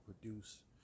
produce